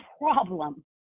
problem